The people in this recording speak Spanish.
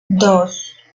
dos